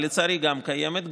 אבל לצערי גם היא קיימת,